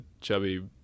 chubby